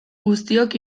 guztiok